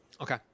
Okay